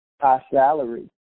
high-salary